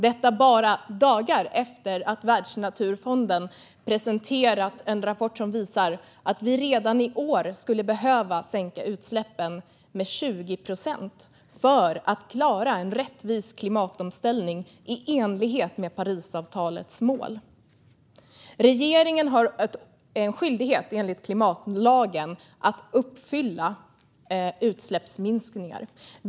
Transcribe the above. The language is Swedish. Detta skedde bara dagar efter att Världsnaturfonden presenterat en rapport som visar att vi redan i år skulle behöva sänka utsläppen med 20 procent för att klara en rättvis klimatomställning i enlighet med Parisavtalets mål. Regeringen har en skyldighet enligt klimatlagen att uppfylla utsläppsminskningar.